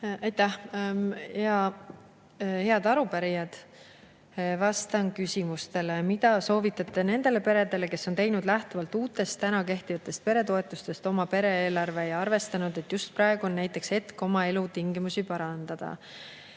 Aitäh! Head arupärijad! Vastan küsimustele."Mida Te soovitate nendele peredele, kes on teinud lähtuvalt uutest, täna kehtivatest peretoetustest oma pere-eelarve ja arvestanud, et just praegu on näiteks hetk oma elutingimusi parandada?"